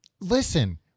Listen